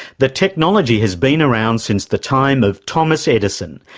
the technology has been around since the time of thomas edison,